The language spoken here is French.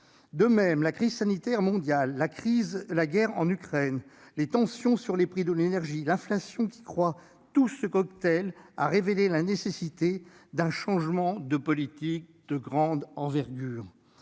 De même, la crise sanitaire mondiale, la guerre en Ukraine, les tensions sur les prix de l'énergie, l'inflation qui croît, tout ce cocktail a révélé la nécessité d'un changement de politique de grande envergure.